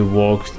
walk